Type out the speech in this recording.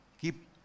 keep